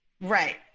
Right